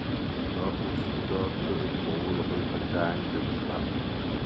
šokau su džordžu ir buvau labai patenkinta